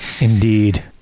Indeed